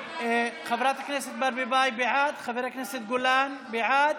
חברת הכנסת ברביבאי, בעד, חבר הכנסת גולן, בעד,